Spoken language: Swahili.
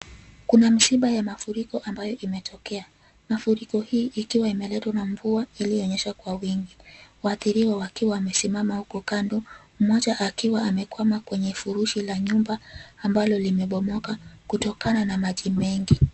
Kuna msiba ya mafuriko imetokea. Mafuriko hii ikiwa imeletwa na mvua iliyonyesha kwa wingi. Waathiriwa wakiwa wamesimama huko kando, mmoja akiwa amekwama kwenye furushi la nyumba ambalo limebomoka kutokana na maji mengi.